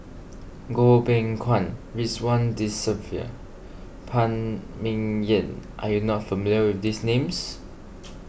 Goh Beng Kwan Ridzwan Dzafir Phan Ming Yen are you not familiar with these names